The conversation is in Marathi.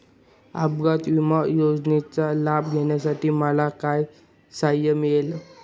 अपघात विमा योजनेचा लाभ घेण्यासाठी मला काय सहाय्य मिळेल?